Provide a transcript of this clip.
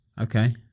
Okay